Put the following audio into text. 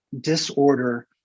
disorder